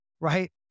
right